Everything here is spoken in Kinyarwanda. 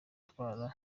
kurwara